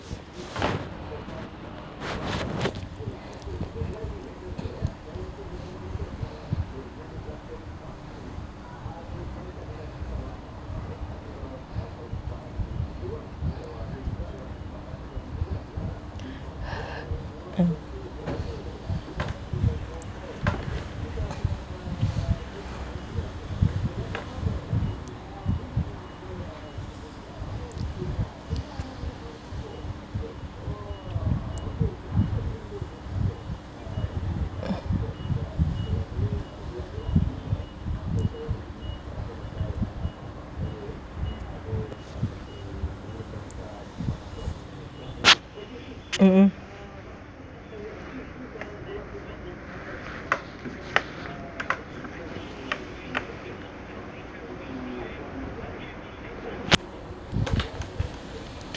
mm mm mm